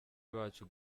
bacu